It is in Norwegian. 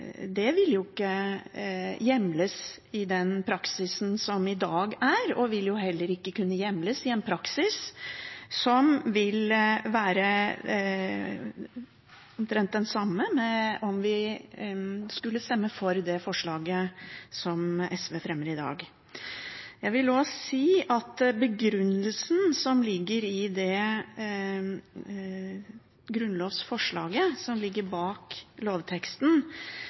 Det vil ikke hjemles i den praksisen som i dag er, og vil heller ikke kunne hjemles i en praksis som vil være omtrent den samme om vi skulle stemme for det forslaget som SV fremmer i dag. Jeg vil også si at begrunnelsen som ligger i det grunnlovsforslaget som ligger bak lovteksten,